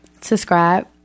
subscribe